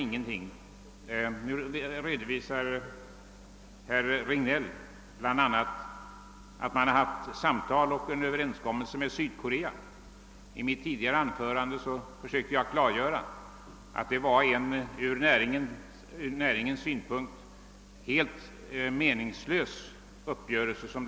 Nu redovisar herr Regnéll bl.a. samtal och en överenskommelse med Sydkorea. I mitt tidigare anförande försökte jag klargöra att denna var en från näringslivets synpunkt helt meningslös uppgörelse.